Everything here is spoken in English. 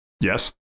Yes